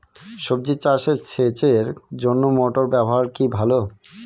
সবজি চাষে সেচের জন্য মোটর ব্যবহার কি ভালো?